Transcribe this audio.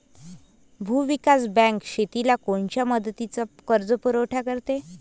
भूविकास बँक शेतीला कोनच्या मुदतीचा कर्जपुरवठा करते?